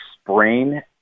sprain